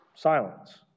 Silence